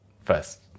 first